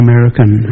American